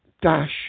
dash